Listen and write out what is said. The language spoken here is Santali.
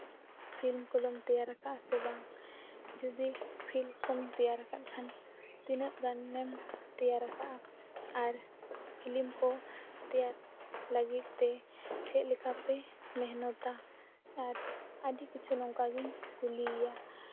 ᱯᱷᱞᱤᱢ ᱠᱚᱫᱚᱢ ᱛᱮᱭᱟᱨ ᱠᱟᱫᱼᱟ ᱥᱮ ᱵᱟᱝ ᱡᱩᱫᱤ ᱯᱷᱞᱤᱢ ᱠᱚᱢ ᱛᱮᱭᱟᱨ ᱟᱠᱟᱜ ᱠᱷᱟᱱ ᱛᱤᱱᱟᱹᱜ ᱜᱟᱱ ᱮᱢ ᱛᱮᱭᱟᱨ ᱠᱟᱜᱼᱟ ᱨ ᱯᱷᱞᱤᱢ ᱠᱚ ᱛᱮᱭᱟᱨ ᱞᱟᱹᱜᱤᱫ ᱛᱮ ᱪᱮᱫ ᱞᱮᱠᱟᱯᱮ ᱢᱮᱦᱱᱚᱛᱼᱟ ᱟᱨ ᱟᱹᱰᱤ ᱠᱤᱪᱷᱩ ᱱᱚᱝᱠᱟ ᱜᱤᱧ ᱠᱩᱞᱤᱭᱮᱭᱟ